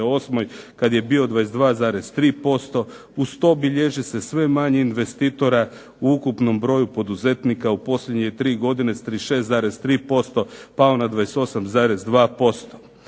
u 2008. kada je bio 22,3%. Uz to bilježi se sve manje investitora u ukupnom broju poduzetnika u posljednje 3 godine s 36,3%, pao na 28,2%.